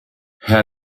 herr